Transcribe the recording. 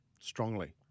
strongly